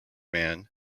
man